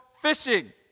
fishing